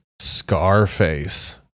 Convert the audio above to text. scarface